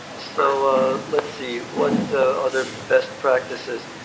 so ah let's see. what so other best practices?